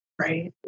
right